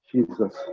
Jesus